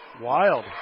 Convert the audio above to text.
Wild